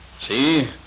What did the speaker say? See